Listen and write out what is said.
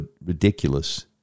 ridiculous